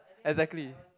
exactly